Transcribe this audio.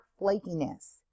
flakiness